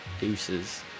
Deuces